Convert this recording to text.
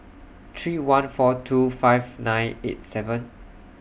three one four two fives nine eight seven